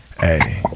Hey